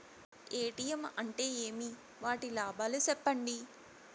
ATM అంటే ఏమి? వాటి లాభాలు సెప్పండి?